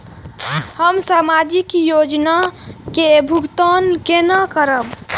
हम सामाजिक योजना के भुगतान केना करब?